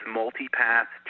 multipath